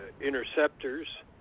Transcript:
interceptors